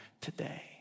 today